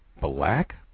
Black